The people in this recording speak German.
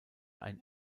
ein